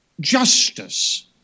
justice